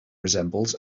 resembles